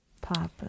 Papa